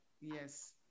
yes